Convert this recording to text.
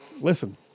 listen